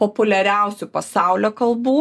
populiariausių pasaulio kalbų